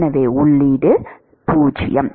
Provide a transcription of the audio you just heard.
எனவே உள்ளீடு 0